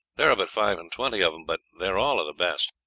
there are but five-and-twenty of them, but they are all of the best.